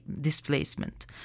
displacement